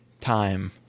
time